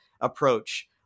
approach